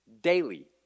daily